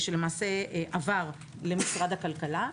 שלמעשה עבר למשרד הכלכלה,